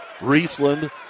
Riesland